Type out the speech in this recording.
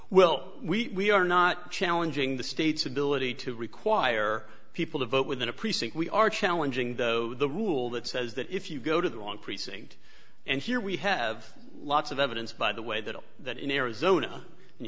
factual well we are not challenging the state's ability to require people to vote within a precinct we are challenging though the rule that says that if you go to the wrong precinct and here we have lots of evidence by the way that that in arizona you